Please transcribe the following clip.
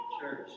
church